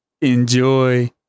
Enjoy